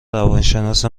روانشناس